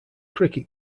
cricket